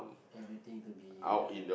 everything to be uh